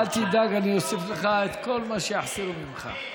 אל תדאג, אני אוסיף לך את כל מה שיחסירו ממך.